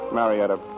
Marietta